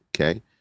okay